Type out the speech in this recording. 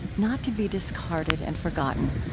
not to be discarded and forgotten.